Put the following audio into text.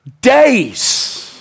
days